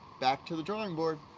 back to the drawing board.